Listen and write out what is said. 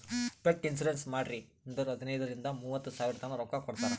pet insurance ಮಾಡ್ರಿ ಅಂದುರ್ ಹದನೈದ್ ರಿಂದ ಮೂವತ್ತ ಸಾವಿರತನಾ ರೊಕ್ಕಾ ಕೊಡ್ತಾರ್